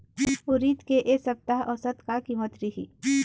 उरीद के ए सप्ता औसत का कीमत रिही?